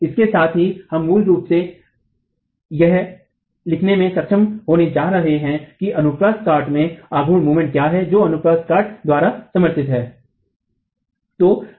तो इसके साथ ही हम मूल रूप से यह लिखने में सक्षम होने जा रहे हैं कि अनुप्रस्थ काट में आघूर्ण क्या है जो अनुप्रस्थ काट द्वारा समर्थित है